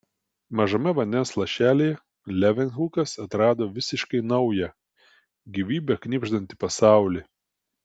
mažame vandens lašelyje levenhukas atrado visiškai naują gyvybe knibždantį pasaulį